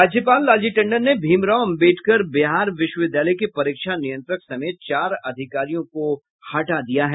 राज्यपाल लालजी टंडन ने भीमराव अम्बेदकर बिहार विश्वविद्यालय के परीक्षा नियंत्रक समेत चार अधिकारियों को हटा दिया है